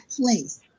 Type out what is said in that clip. place